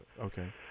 Okay